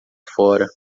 fora